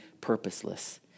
purposeless